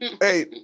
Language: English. Hey